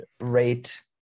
rate